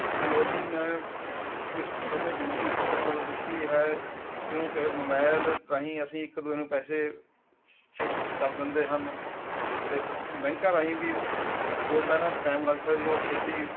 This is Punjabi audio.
ਤਕਨਾਲੋਜੀ ਨੇ ਇਸ ਸਮੇਂ ਜ਼ਿੰਦਗੀ ਬਹੁਤ ਬਦਲ ਦਿੱਤੀ ਹੈ ਕਿਉਂਕਿ ਮੋਬਾਇਲ ਰਾਹੀਂ ਅਸੀਂ ਇੱਕ ਦੂਏ ਨੂੰ ਪੈਸੇ ਸ਼ਿਫਟ ਕਰ ਦਿੰਦੇ ਹਨ ਅਤੇ ਬੈਂਕਾਂ ਰਾਹੀਂ ਵੀ ਜੋ ਪਹਿਲਾਂ ਟਾਇਮ ਲੱਗਦਾ ਸੀ ਉਹ ਛੇਤੀ